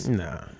nah